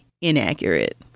inaccurate